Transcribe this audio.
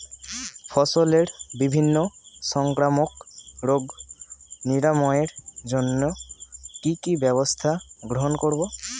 ফসলের বিভিন্ন সংক্রামক রোগ নিরাময়ের জন্য কি কি ব্যবস্থা গ্রহণ করব?